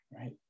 right